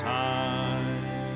time